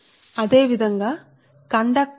అందువల్లఅదేవిధంగా conductor 2 కోసం సరే